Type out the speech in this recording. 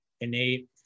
innate